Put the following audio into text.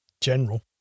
General